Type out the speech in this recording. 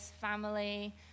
family